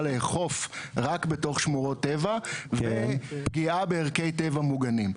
לאכוף רק בתוך שמורות טבע ועל פגיעה בערכי טבע מוגנים.